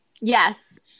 Yes